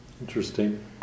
Interesting